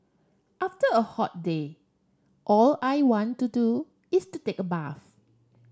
after a hot day all I want to do is to take bath